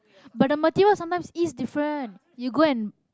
but the material sometimes is different you go and